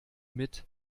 mit